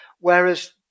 Whereas